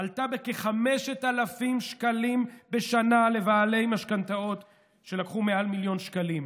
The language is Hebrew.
עלתה בכ-5,000 שקלים בשנה לבעלי משכנתאות שלקחו מעל מיליון שקלים,